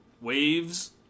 Waves